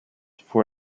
for